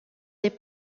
des